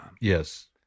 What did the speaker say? Yes